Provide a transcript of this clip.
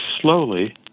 slowly